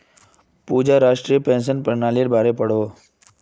पूजा राष्ट्रीय पेंशन पर्नालिर बारे पढ़ोह